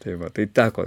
tai va tai teko